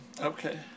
Okay